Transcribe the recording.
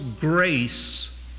grace